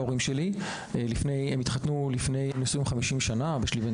ההורים שלי נשואים 50 שנה - אבא שלי בן